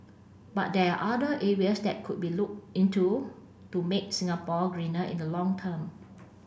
but there are other areas that could be looked into to make Singapore greener in the long term